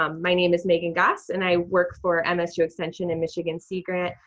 um my name is meaghan gass, and i work for msu extension and michigan sea grant,